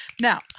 Now